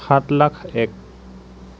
সাত লাখ এক